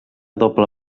doble